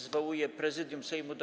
Zwołuję Prezydium Sejmu do